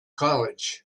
college